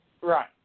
Right